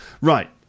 Right